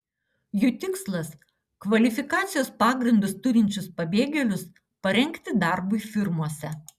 jų tikslas kvalifikacijos pagrindus turinčius pabėgėlius parengti darbui firmose